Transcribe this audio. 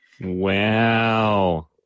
Wow